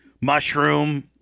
mushroom